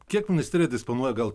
kiek ministerija disponuoja gal